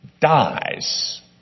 dies